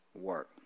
work